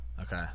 Okay